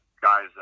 guys